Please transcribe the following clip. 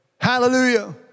Hallelujah